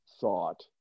thought